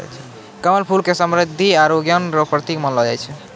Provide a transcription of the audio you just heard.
कमल फूल के समृद्धि आरु ज्ञान रो प्रतिक मानलो जाय छै